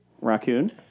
Raccoon